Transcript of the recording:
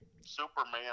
Superman